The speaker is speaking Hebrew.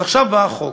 אז עכשיו בא החוק,